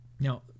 Now